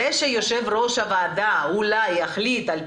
זה שיושב-ראש הוועדה אולי יחליט על